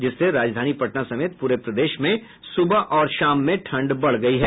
जिससे राजधानी पटना समेत पूरे प्रदेश में सुबह और शाम में ठंड बढ़ गयी है